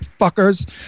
fuckers